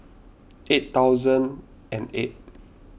eight thousand and eight